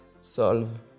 solve